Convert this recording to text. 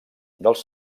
dels